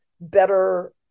better